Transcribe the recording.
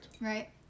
right